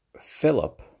Philip